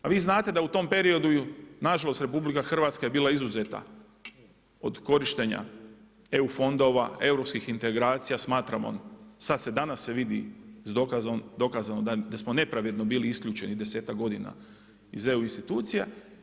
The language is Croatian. A vi znate da u tom periodu nažalost, RH, je bila izuzeta od korištenja EU fondova, europskih integracija, smatramo, sad se danas vidi, dokazano da smo nepravedno bili isključeni 10-tak g. iz EU institucija.